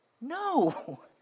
No